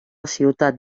ciutat